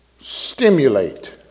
stimulate